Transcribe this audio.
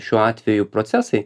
šiuo atveju procesai